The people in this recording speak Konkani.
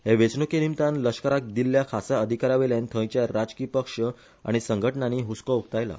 हे वेचणूके निमतान लष्कराक दिल्ल्या खासा अधिकारांवेल्यान थंयच्या राजकी पक्ष आनी संघटनांनी हुस्को उक्तायला